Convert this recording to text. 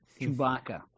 Chewbacca